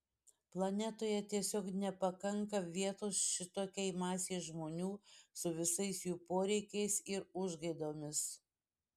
planetoje tiesiog nepakanka vietos šitokiai masei žmonių su visais jų poreikiais ir užgaidomis